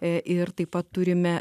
ir taip pat turime